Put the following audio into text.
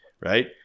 Right